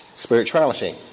Spirituality